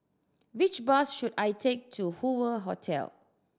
which bus should I take to Hoover Hotel